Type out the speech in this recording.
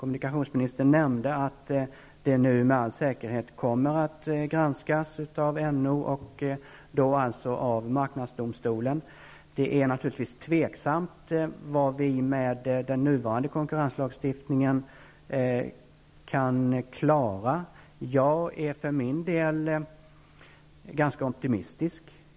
Kommunikationsministern nämnde att den nu med all säkerhet kommer att granskas av NO, dvs. av marknadsdomstolen. Det är naturligtvis tveksamt vad vi med nuvarande konkurrenslagstiftning kan klara. Jag är optimistisk.